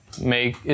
make